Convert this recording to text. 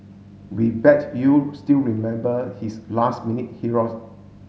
we bet you still remember his last minute heroes